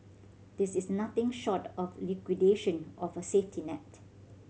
this is nothing short of liquidation of a safety net